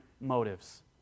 motives